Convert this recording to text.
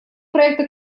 проекта